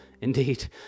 indeed